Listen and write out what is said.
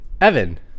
evan